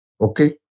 Okay